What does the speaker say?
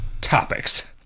topics